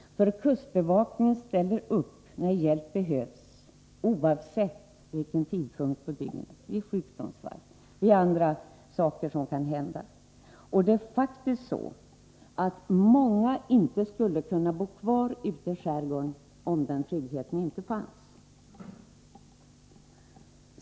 Kustbevakningen ställer upp vid sjukdomsfall och vid andra tillfällen när hjälp behövs, oavsett tid på dygnet. Det är faktiskt så att många människor inte skulle kunna bo kvar ute i skärgården, om denna trygghet inte fanns.